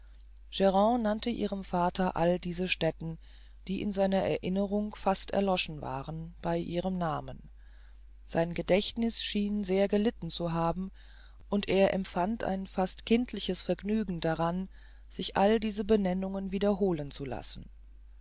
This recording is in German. nannte ihrem vater all diese stätten die in seiner erinnerung fast erloschen waren bei ihrem namen sein gedächtniß schien sehr gelitten zu haben und er empfand ein fast kindisches vergnügen daran sich all diese benennungen wiederholen zu lassen